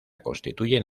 constituyen